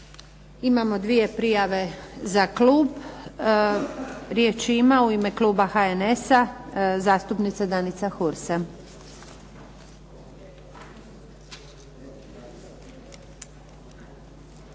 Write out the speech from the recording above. Imamo dvije prijave za klub. Riječ ima u ime kluba HNS-a zastupnica Danica Hursa.